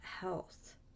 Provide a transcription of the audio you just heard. health